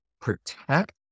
protect